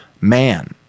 man